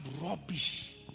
rubbish